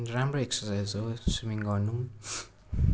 राम्रो एक्सर्साइज हो स्विमिङ गर्नु